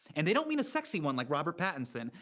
and they don't mean a sexy one like robert pattinson.